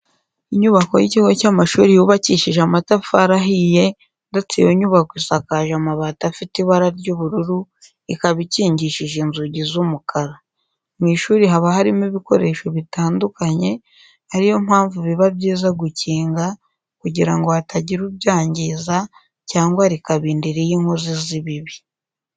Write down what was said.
Inyubako y'ikigo cy'amashuri yubakishije amatafari ahiye ndetse iyo nyubako isakaje amabati afite ibara ry'ubururu, ikaba ikingishije inzugi z'umukara. Mu ishuri haba harimo ibikoresho bitandukanye, ari yo mpamvu biba byiza gukinga kugira ngo hatagira ubyangiza cyangwa rikaba indiri y'inkozi z'ibibi.